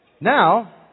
Now